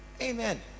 amen